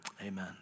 Amen